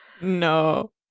no